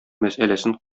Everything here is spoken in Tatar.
мәсьәләсен